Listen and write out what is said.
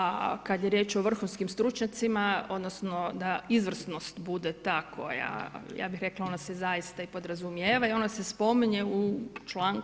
A kad je riječ o vrhunskim stručnjacima, odnosno da izvrsnost bude ta koja, ja bih rekla ona se zaista i podrazumijeva, i ona se spominje u